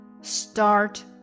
start